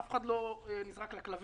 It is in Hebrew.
אף אחד לא נזרק לכלבים.